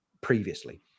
previously